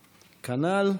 כנ"ל.